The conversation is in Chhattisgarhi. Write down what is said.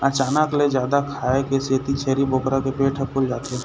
अचानक ले जादा खाए के सेती छेरी बोकरा के पेट ह फूल जाथे